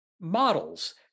models